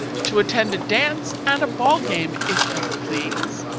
to attend a dance and a ball game, if you please!